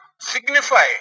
signify